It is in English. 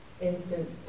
instance